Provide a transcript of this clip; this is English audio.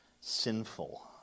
sinful